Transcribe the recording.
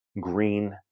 green